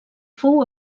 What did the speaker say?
fou